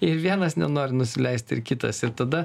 ir vienas nenori nusileisti ir kitas ir tada